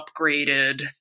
upgraded